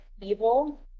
evil